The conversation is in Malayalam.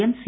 M C